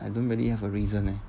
I don't really have a reason leh